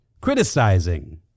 Criticizing